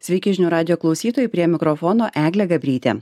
sveiki žinių radijo klausytojai prie mikrofono eglė gabrytė